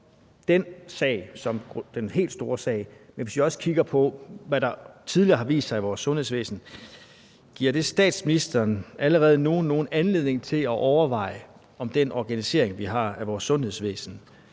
Det er den helt store sag. Men hvis vi også kigger på, hvad der tidligere har vist sig i vores sundhedsvæsen, giver det så allerede nu statsministeren nogen anledning til at overveje, om den organisering, vi har af vores sundhedsvæsen,